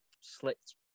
slipped